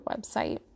website